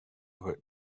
about